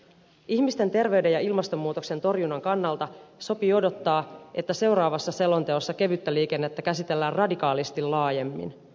ihmisten terveyden ja ilmastonmuutoksen torjunnan kannalta sopii odottaa että seuraavassa selonteossa kevyttä liikennettä käsitellään radikaalisti laajemmin